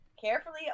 Carefully